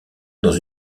dans